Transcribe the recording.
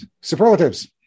Superlatives